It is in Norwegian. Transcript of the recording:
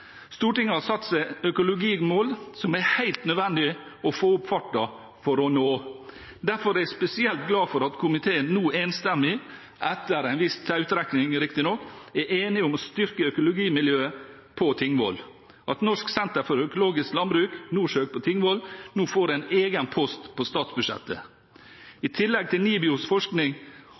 Stortinget har satt seg et økologimål som det er helt nødvendig å få opp farten på for å nå. Derfor er jeg spesielt glad for at komiteen nå enstemmig – riktignok etter en viss tautrekking – er enig om å styrke økologimiljøet på Tingvoll, at norsk senter for økologisk landbruk, NORSØK på Tingvoll, nå får en egen post på statsbudsjettet. I tillegg til NIBIOs forskning